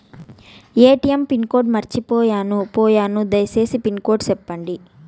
ATM pin code మర్చిపోయాను పోయాను దయసేసి పిన్ కోడ్ సెప్పండి?